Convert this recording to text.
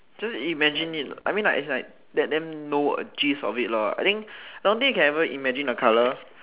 just imagine it I mean like its like let them know a gist of it lor I don't think you can ever imagine a colour